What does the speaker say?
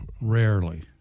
rarely